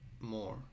more